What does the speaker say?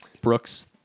Brooks